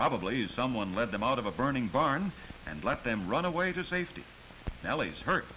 probably someone led them out of a burning barn and let them run away to safety nellie's hurt